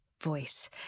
voice